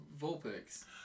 Vulpix